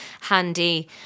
handy